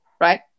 right